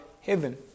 heaven